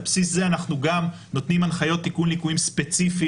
על בסיס זה אנחנו גם נותנים הנחיות תיקון ליקויים ספציפיים